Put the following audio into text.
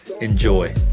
Enjoy